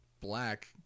Black